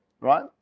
Right